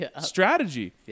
strategy